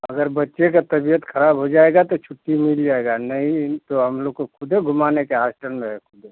अगर बच्चे की तबीयत खराब हो जाएगी तो छुट्टी मिल जाएगी नहीं इ तो हम लोग को खुदे घुमाने का हास्टल में है खुदे